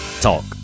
talk